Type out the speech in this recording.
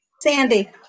sandy